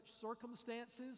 circumstances